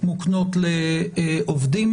מוקנות לעובדים.